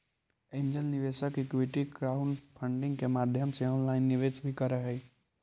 angel निवेशक equity crowdfunding के माध्यम से ऑनलाइन निवेश भी करऽ हइ